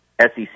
SEC